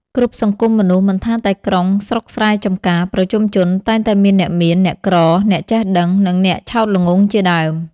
គ្រប់សង្គមមនុស្ស មិនថាតែក្រុង ស្រុកស្រែចំការ ប្រជុំជន តែងតែមានអ្នកមាន អ្នកក្រ អ្នកចេះដឹង និងអ្នកឆោតល្ងង់ជាដើម។